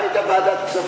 מה, היית בוועדת הכספים.